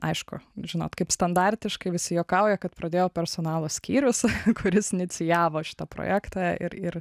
aišku žinot kaip standartiškai visi juokauja kad pradėjo personalo skyrius kuris inicijavo šitą projektą ir ir